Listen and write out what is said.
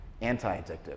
anti-addictive